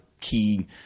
key